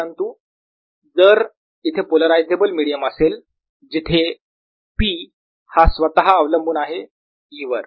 परंतु जर इथे पोलरायझेबल मिडीयम असेल जिथे P हा स्वतः अवलंबून आहे E वर